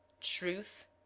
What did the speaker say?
truth